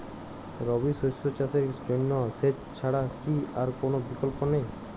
রবি শস্য চাষের জন্য সেচ ছাড়া কি আর কোন বিকল্প নেই?